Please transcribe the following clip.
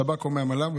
שב"כ או מלמ"ב,